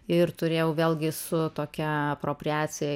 ir turėjau vėlgi su tokia apropriacija